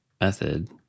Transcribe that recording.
method